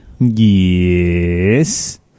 Yes